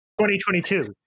2022